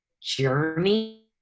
journey